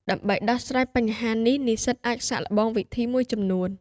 ដើម្បីដោះស្រាយបញ្ហានេះ និស្សិតអាចសាកល្បងវិធីមួយចំនួន។